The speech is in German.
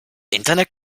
internet